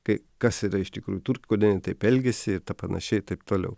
kai kas yra iš tikrųjų turk kodėl jie taip elgiasi panašiai ir taip toliau